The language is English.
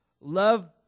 love